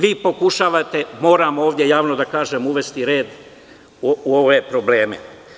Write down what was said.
Vi pokušavate, moram ovde javno da kažem, uvesti red u ove probleme.